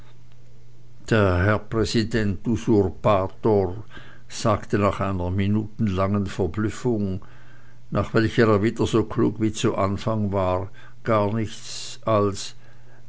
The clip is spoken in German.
der herr präsident usurpator sagte nach einer minutenlangen verblüffung nach welcher er wieder so klug wie zu anfang war gar nichts als